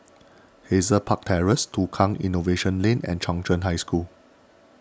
Hazel Park Terrace Tukang Innovation Lane and Chung Cheng High School